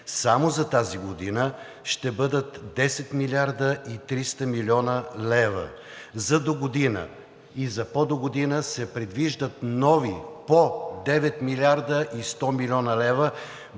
Само за тази година ще бъдат 10 млрд. 30 млн. лв. За догодина и за по-догодина се предвиждат нови по 9 млрд. 100 млн. лв.,